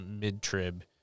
mid-trib